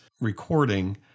recording